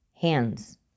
hands